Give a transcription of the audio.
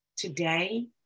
Today